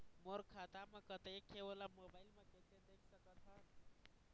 मोर खाता म कतेक हे ओला मोबाइल म कइसे देख सकत हन?